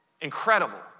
Incredible